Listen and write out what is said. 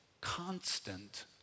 constant